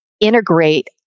integrate